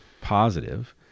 positive